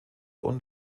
und